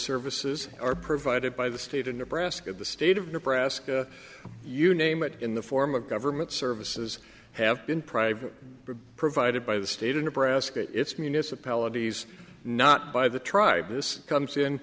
services are provided by the state of nebraska the state of nebraska you name it in the form of government services have been private provided by the state of nebraska it's municipalities not by the tribe this comes in